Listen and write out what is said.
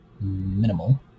minimal